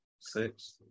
six